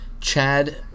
chad